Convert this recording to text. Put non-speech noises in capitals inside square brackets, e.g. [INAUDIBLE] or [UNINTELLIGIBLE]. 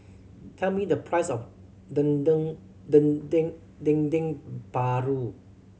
tell me the price of dendeng [UNINTELLIGIBLE] paru